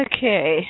Okay